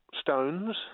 stones